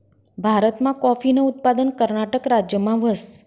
भारतमा काॅफीनं उत्पादन कर्नाटक राज्यमा व्हस